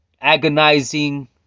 Agonizing